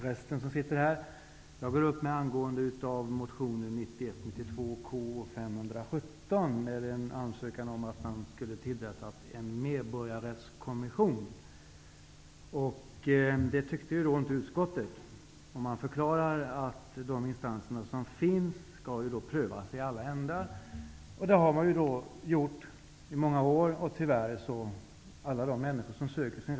Herr talman! Jag går upp i talarstolen med anledning av motionen 1991/92:K517, där det yrkas på att man skall tillsätta en medborgarrättskommission. Det tycker inte utskottet att man skall göra, utan förklarar att de instanser som finns skall prövas i alla ändar. Det har alla de människor som söker sin rätt gjort i många år.